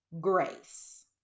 Grace